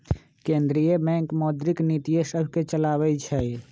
केंद्रीय बैंक मौद्रिक नीतिय सभके चलाबइ छइ